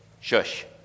shush